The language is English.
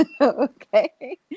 Okay